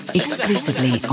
exclusively